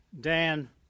Dan